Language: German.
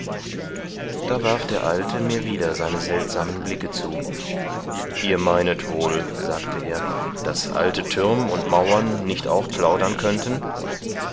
da warf der alte mir wieder seine seltsamen blicke zu ihr meinet wohl sagte er daß alte thürm und mauern nicht auch plaudern könnten